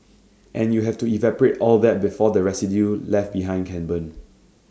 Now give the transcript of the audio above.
and you have to evaporate all that before the residue left behind can burn